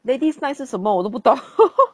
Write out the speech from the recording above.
ladies night 是什么我都不懂